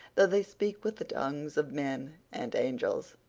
though they speak with the tongues of men and angels.